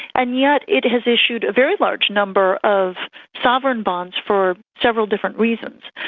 and yet it has issued a very large number of sovereign bonds for several different reasons.